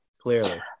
clearly